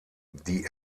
die